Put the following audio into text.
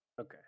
Okay